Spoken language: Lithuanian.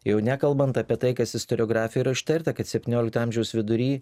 jau nekalbant apie tai kas istoriografijoje ištirta kad septyniolikto amžiaus vidury